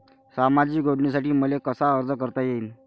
सामाजिक योजनेसाठी मले कसा अर्ज करता येईन?